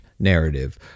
Narrative